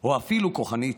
או אפילו כוחנית.